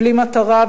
בלי מטרה,